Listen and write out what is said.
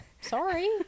Sorry